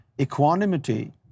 equanimity